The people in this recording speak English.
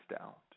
out